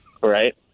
Right